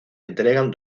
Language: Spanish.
entregan